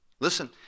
Listen